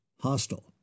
hostile